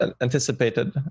anticipated